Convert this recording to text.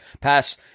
pass